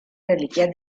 reliquias